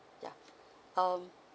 yeah um